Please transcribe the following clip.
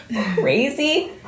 crazy